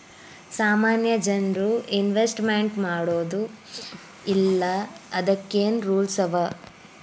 ಸಾಮಾನ್ಯ ಜನ್ರು ಇನ್ವೆಸ್ಟ್ಮೆಂಟ್ ಮಾಡ್ಬೊದೋ ಇಲ್ಲಾ ಅದಕ್ಕೇನ್ ರೂಲ್ಸವ?